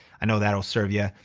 i know that'll serve yeah